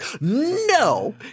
no